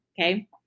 okay